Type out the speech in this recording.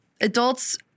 Adults